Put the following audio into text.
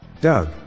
Doug